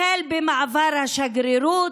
החל במעבר השגרירות,